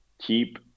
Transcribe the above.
keep